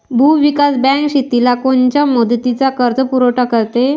भूविकास बँक शेतीला कोनच्या मुदतीचा कर्जपुरवठा करते?